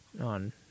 on